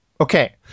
Okay